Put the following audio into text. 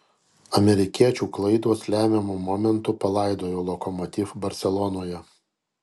amerikiečių klaidos lemiamu momentu palaidojo lokomotiv barselonoje